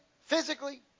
physically